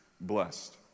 blessed